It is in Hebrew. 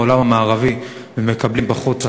בעולם המערבי ומקבלים פחות שכר.